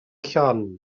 llon